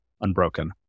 unbroken